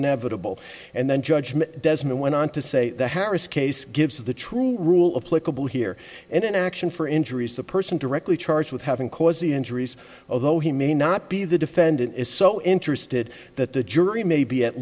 inevitable and then judgement desmond went on to say harris case gives the true rule of political here and an action for injuries the person directly charged with having cause injuries although he may not be the defendant is so interested that the jury may be at